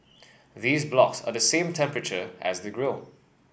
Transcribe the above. these blocks are the same temperature as the grill